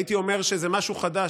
הייתי אומר שזה משהו חדש,